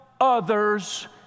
others